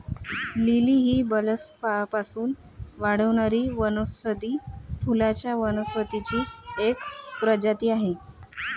lily ही बल्बपासून वाढणारी वनौषधी फुलांच्या वनस्पतींची एक प्रजाती आहे